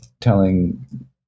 telling